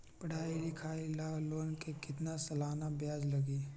पढाई लिखाई ला लोन के कितना सालाना ब्याज लगी?